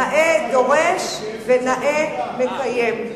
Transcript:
נאה דורש ונאה מקיים.